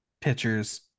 pitchers